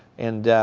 and